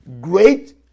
great